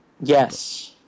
Yes